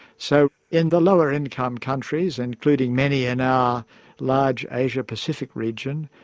so, in the lower income countries, including many in our large asia pacific region,